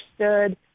understood